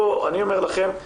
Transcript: אני אומר לכם,